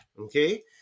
okay